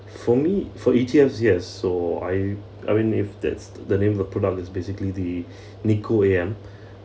for me for E_T_Fs yes so I I mean if that's the name of the product that's basically the Nikko A_M